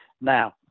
Now